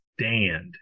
stand